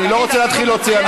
אני לא רוצה להתחיל להוציא אנשים.